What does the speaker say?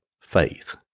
faith